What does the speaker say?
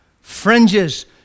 fringes